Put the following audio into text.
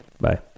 Bye